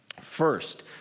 First